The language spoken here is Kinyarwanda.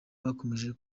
bakomeje